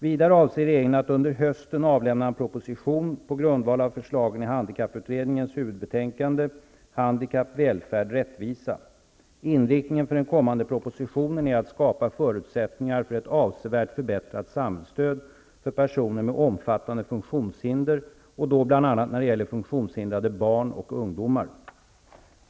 Vidare avser regeringen att under hösten avlämna en proposition på grundval av förslagen i handikapputredningens huvudbetänkande Inriktningen för den kommande propositionen är att skapa förutsättningar för ett avsevärt förbättrat samhällsstöd för personer med omfattande funktionshinder och då bl.a. när det gäller funktionshindrade barn och ungdomar.